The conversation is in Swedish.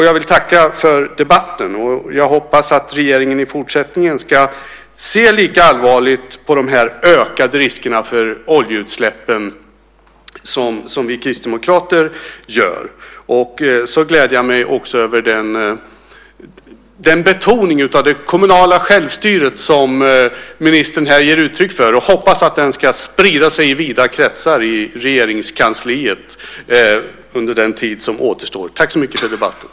Jag vill tacka för debatten och jag hoppas att regeringen i fortsättningen ser lika allvarligt som vi kristdemokrater på de ökade riskerna för oljeutsläpp. Jag gläder mig över den betoning av det kommunala självstyret som ministern här ger uttryck för och hoppas att den ska sprida sig i vida kretsar i Regeringskansliet under den tid som återstår. Tack så mycket för debatten!